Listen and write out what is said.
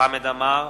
חמד עמאר,